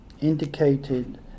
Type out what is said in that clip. Indicated